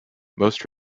most